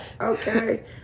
okay